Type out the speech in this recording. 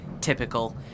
Typical